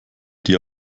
dir